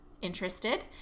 interested